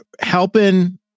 helping